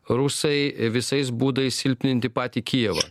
rusai visais būdais silpninti patį kijevą